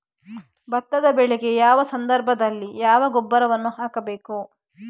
ಭತ್ತದ ಬೆಳೆಗೆ ಯಾವ ಸಂದರ್ಭದಲ್ಲಿ ಯಾವ ಗೊಬ್ಬರವನ್ನು ಹಾಕಬೇಕು?